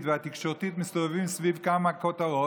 והתקשורתית מסתובבות סביב כמה כותרות,